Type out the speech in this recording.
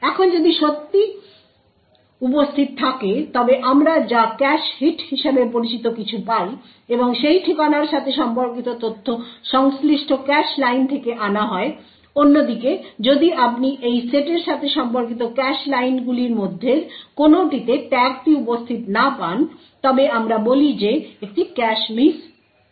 এখন যদি সত্যিই উপস্থিত থাকে তবে আমরা যা ক্যাশ হিট হিসাবে পরিচিত কিছু পাই এবং সেই ঠিকানার সাথে সম্পর্কিত তথ্য সংশ্লিষ্ট ক্যাশ লাইন থেকে আনা হয় অন্যদিকে যদি আপনি এই সেটের সাথে সম্পর্কিত ক্যাশ লাইনগুলির মধ্যের কোনওটিতে ট্যাগটি উপস্থিত না পান তবে আমরা বলি যে একটি ক্যাশ মিস রয়েছে